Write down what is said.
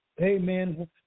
amen